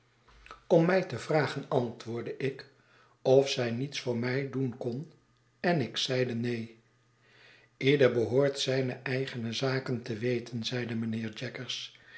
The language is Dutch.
om mij te een gbsprek met den beer jaggers vragen antwoordde ik of zij niets voor mij doen kon en ik zeide neen leder behoort zijne eigene zaken te weten zeide mynheer